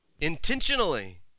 intentionally